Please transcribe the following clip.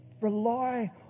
Rely